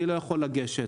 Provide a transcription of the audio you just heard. אני לא יכול לגשת.